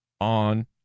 on